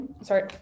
sorry